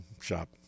shop